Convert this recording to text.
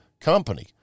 company